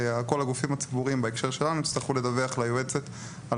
שכל הגופים הציבוריים בהקשר שלנו יצטרכו לדווח ליועצת על